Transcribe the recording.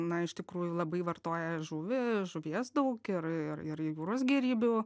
na iš tikrųjų labai vartoja žuvį žuvies daug ir ir ir jūros gėrybių